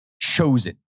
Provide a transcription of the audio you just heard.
chosen